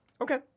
Okay